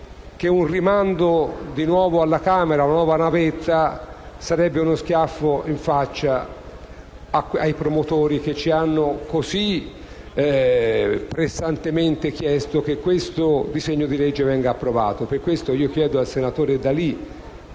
un nuovo rinvio alla Camera, una nuova navetta, sarebbero uno schiaffo in faccia ai promotori, che ci hanno così pressantemente chiesto che questo disegno di legge venisse approvato. Per questo chiedo al senatore D'Alì